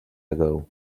ago